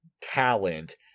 talent